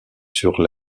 sur